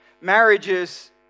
Marriages